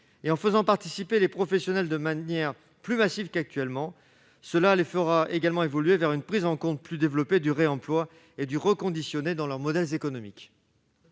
et en faisant participer les professionnels de manière plus massive qu'actuellement. Ces derniers évolueront ainsi vers une prise en compte plus importante du réemploi et du reconditionné dans leur modèle économique.